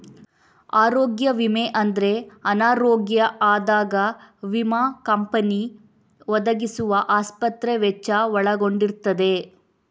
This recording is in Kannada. ಆರೋಗ್ಯ ವಿಮೆ ಅಂದ್ರೆ ಅನಾರೋಗ್ಯ ಆದಾಗ ವಿಮಾ ಕಂಪನಿ ಒದಗಿಸುವ ಆಸ್ಪತ್ರೆ ವೆಚ್ಚ ಒಳಗೊಂಡಿರ್ತದೆ